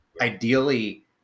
ideally